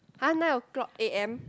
!huh! nine o-clock A_M